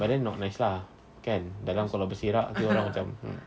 but then not nice lah kan dalam kalau berselerak abeh orang macam mm